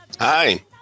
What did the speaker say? Hi